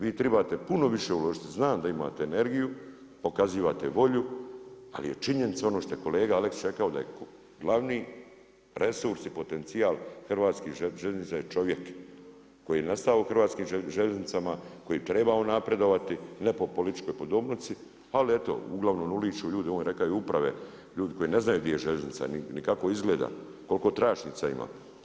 Vi trebate puno više uložiti, znam da imate energiju, pokazujete volju ali je činjenica ono što je kolega Aleksić rekao da je glavni resurs i potencijal Hrvatskih željeznica je čovjek koji je nastao u Hrvatskim željeznicama, koji bi trebao napredovati, ne po političkoj podobnici, ali eto, uglavnom uliću ljudi, on je rekao i uprave, ljudi koji ne znaju gdje je željeznica ni kako izgleda, koliko tračnica ima.